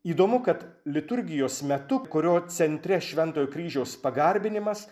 įdomu kad liturgijos metu kurio centre šventojo kryžiaus pagarbinimas